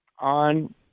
on